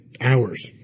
hours